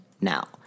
Now